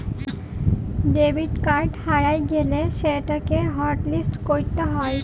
debit card হারাঁয় গ্যালে সেটকে হটলিস্ট ক্যইরতে হ্যয়